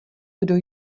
kdo